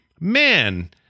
man